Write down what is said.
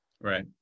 Right